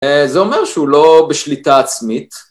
זה אומר שהוא לא בשליטה עצמית